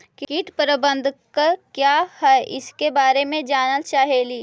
कीट प्रबनदक क्या है ईसके बारे मे जनल चाहेली?